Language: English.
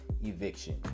eviction